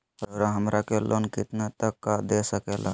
रउरा हमरा के लोन कितना तक का दे सकेला?